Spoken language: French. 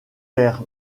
vers